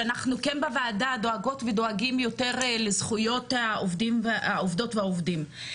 שאנחנו בוועדה דואגות ודואגים יותר לזכויות העובדות והעובדים.